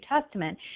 Testament